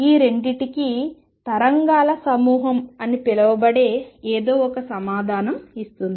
ఈ రెండింటికి తరంగాల సమూహం అని పిలవబడే ఏదో ఒకటి సమాధానం ఇస్తుంది